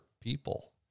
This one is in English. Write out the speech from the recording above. people